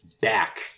back